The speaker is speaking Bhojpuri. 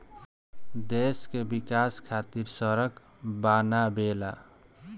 देश के विकाश खातिर सड़क बनावेला